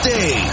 Day